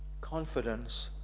Confidence